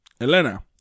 Elena